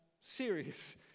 serious